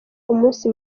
umunsi